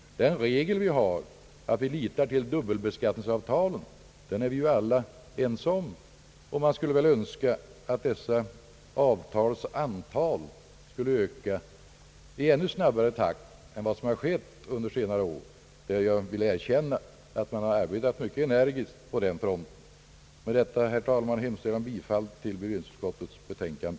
Den regel vi har och som innebär att vi litar till dubbelbeskattningsavtalen är vi ju alla ense om, och man skulle väl önska att antalet sådana avtal kunde öka i ännu snabbare takt än vad som har skett under senare år. Jag vill dock erkänna att det arbetas mycket energiskt på den fronten. Med detta, herr talman, hemställer jag om bifall till bevillningsutskottets betänkande.